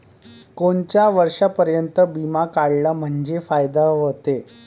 कोनच्या वर्षापर्यंत बिमा काढला म्हंजे फायदा व्हते?